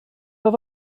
oedd